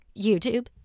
YouTube